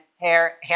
hair